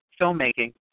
filmmaking